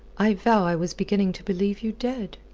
i vow i was beginning to believe you dead.